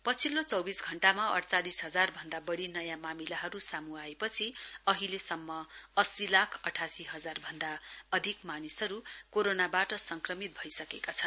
पछिल्लो चौविस घण्टामा अइचालिस हजार भन्दा बढ़ी नयाँ मामिलाहरु सामू आएपछि अहिलेसम्म अस्सी लाख अठासी हजार भन्दा अधिक मानिसहरु कोरोनावाट संक्रमित भइसकेका छन्